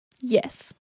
Yes